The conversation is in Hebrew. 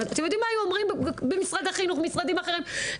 אתם יודעים מה היו אומרים במשרד החינוך ובמשרדים אחרים?